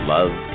Love